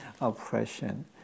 oppression